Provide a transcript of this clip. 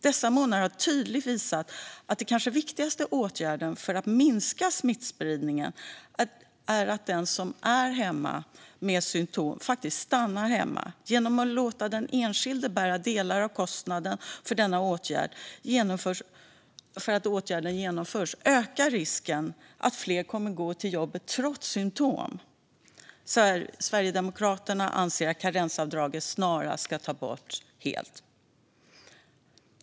Dessa månader har tydligt visat att den kanske viktigaste åtgärden för att minska smittspridningen är att den som har symtom faktiskt stannar hemma. Genom att låta den enskilde bära delar av kostnaden för att åtgärden genomförs ökar risken för att fler kommer att gå till jobbet trots symtom. Sverigedemokraterna anser att karensavdraget snarast ska tas bort helt.